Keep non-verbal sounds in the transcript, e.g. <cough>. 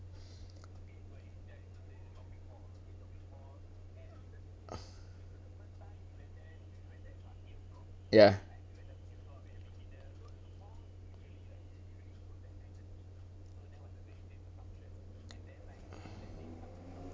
<breath> ya